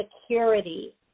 security